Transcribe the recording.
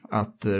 att